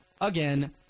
again